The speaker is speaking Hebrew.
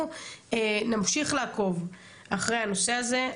אנחנו נמשיך לעקוב אחרי הנושא הזה.